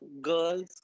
girls